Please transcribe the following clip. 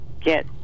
get